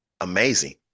amazing